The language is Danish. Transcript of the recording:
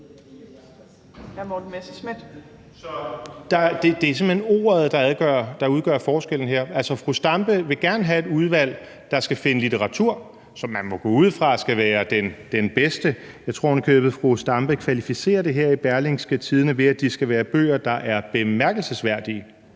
det er simpelt hen ordet, der udgør forskellen her. Altså, fru Zenia Stampe vil gerne have et udvalg, der skal finde litteratur, som man må gå ud fra skal være den bedste af slagsen. Jeg tror ovenikøbet, at fru Zenia Stampe kvalificerer det her i Berlingske ved at sige, at det skal være bøger, der er bemærkelsesværdige.